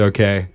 Okay